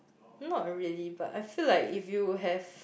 not really but I feel like if you have